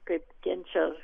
kaip kenčia